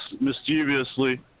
mischievously